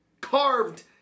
carved